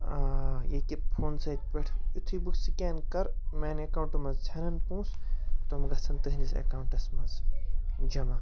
ییٚکیٛاہ فونسٕے پٮ۪ٹھ یُتھُے بہٕ سکین کَرٕ میٛانہِ اٮ۪کاوُںٛٹ منٛز ژھٮ۪نَن پونٛسہٕ تٕم گژھن تٕہٕنٛدِس اٮ۪کاوُنٛٹَس منٛز جمع